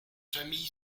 famille